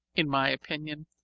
in my opinion,